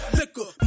liquor